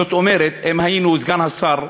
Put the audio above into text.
זאת אומרת, סגן השר,